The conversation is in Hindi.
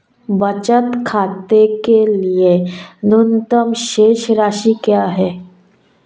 बचत खाते के लिए न्यूनतम शेष राशि क्या है?